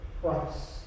Christ